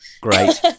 Great